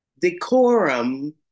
decorum